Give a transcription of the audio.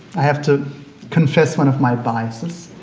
i have to confess one of my biases,